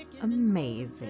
amazing